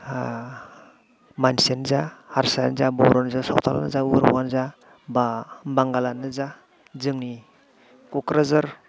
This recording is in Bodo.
मानसियानो जा हारसायानो जा बर'आनो जा सावथालानो जा बा बांगाल आनो जा जोंनि क'क्राझार